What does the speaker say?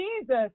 Jesus